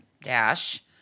dash